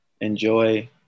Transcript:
Enjoy